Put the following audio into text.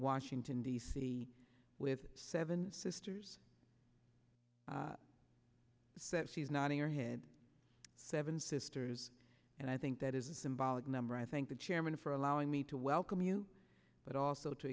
washington d c with seven sisters says she's nodding her head seven sisters and i think that is a symbolic number i thank the chairman for allowing me to welcome you but also to